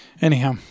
Anyhow